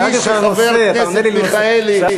שאלתי אותך על הנושא, כפי שחבר הכנסת מיכאלי אמר.